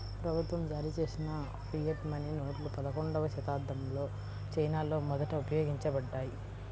ప్రభుత్వం జారీచేసిన fiat money నోట్లు పదకొండవ శతాబ్దంలో చైనాలో మొదట ఉపయోగించబడ్డాయి